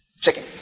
Chicken